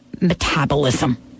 metabolism